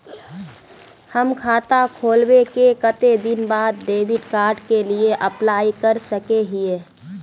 हम खाता खोलबे के कते दिन बाद डेबिड कार्ड के लिए अप्लाई कर सके हिये?